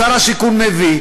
או שר הבינוי והשיכון מביא,